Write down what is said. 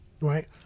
right